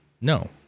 No